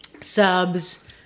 subs